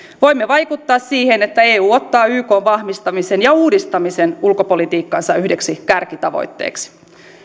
voimme vaikuttaa siihen että eu ottaa ykn vahvistamisen ja uudistamisen ulkopolitiikkansa yhdeksi kärkitavoitteeksi